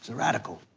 so radical,